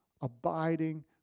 abiding